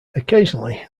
occasionally